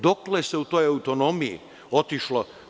Dokle se u toj autonomiji otišlo?